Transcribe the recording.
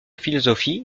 philosophie